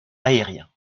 aérien